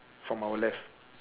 from our left